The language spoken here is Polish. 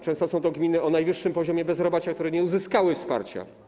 Często są to gminy o najwyższym poziomie bezrobocia, które nie uzyskały wsparcia.